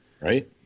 right